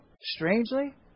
strangely